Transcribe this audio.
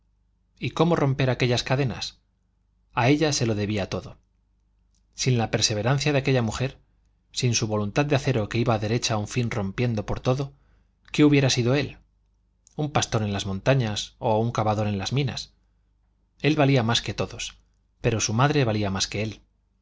y cómo romper aquellas cadenas a ella se lo debía todo sin la perseverancia de aquella mujer sin su voluntad de acero que iba derecha a un fin rompiendo por todo qué hubiera sido él un pastor en las montañas o un cavador en las minas él valía más que todos pero su madre valía más que él